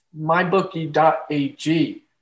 mybookie.ag